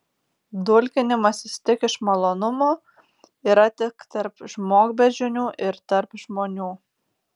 dulkinimasis tik iš malonumo yra tik tarp žmogbeždžionių ir tarp žmonių